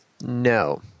No